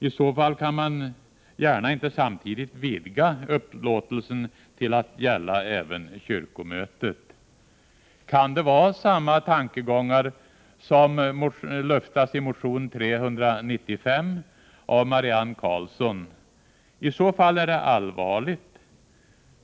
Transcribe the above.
I så fall kan man inte gärna samtidigt vidga upplåtelsen till att gälla även kyrkomötet. Kan det vara samma tankegångar som luftas i motion 395 av Marianne Karlsson? I så fall är det allvarligt.